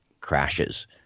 crashes